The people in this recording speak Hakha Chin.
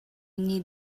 nih